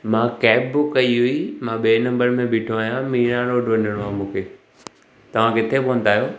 मां cab book कई हुई मां ॿिए नंबर में बीठो आहियां मीना रोड वञिणो आहे मूंखे तव्हां किथे पहुचा आहियो